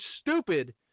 stupid